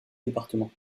département